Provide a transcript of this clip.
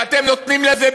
ואתם נותנים לזה